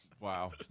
Wow